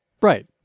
Right